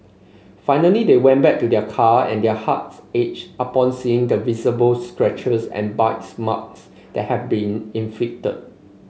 finally they went back to their car and their hearts ached upon seeing the visible scratches and bites marks that had been inflicted